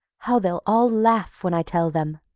how they'll all laugh when i tell them.